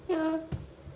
ya